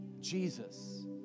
Jesus